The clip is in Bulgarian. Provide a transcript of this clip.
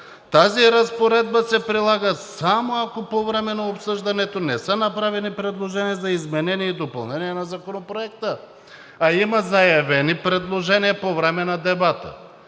„Тази разпоредба се прилага само ако по време на обсъждането не са направени предложения за изменения и допълнения на законопроекта“, а има заявени предложения по време на дебата.